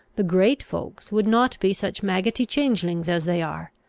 the great folks would not be such maggotty changelings as they are.